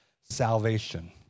salvation